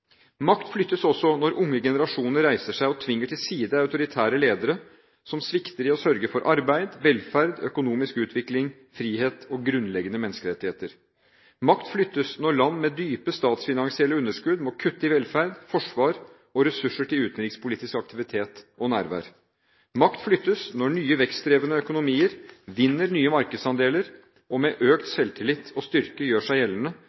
Makt flyttes også når unge generasjoner reiser seg og tvinger til side autoritære ledere som svikter i å sørge for arbeid, velferd, økonomisk utvikling, frihet og grunnleggende menneskerettigheter. Makt flyttes når land med dype statsfinansielle underskudd må kutte i velferd, forsvar og ressurser til utenrikspolitisk aktivitet og nærvær. Makt flyttes når nye vekstdrevne økonomier vinner nye markedsandeler og med økt selvtillit og styrke gjør seg gjeldende